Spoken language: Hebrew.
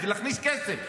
בשביל להכניס כסף,